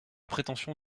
prétention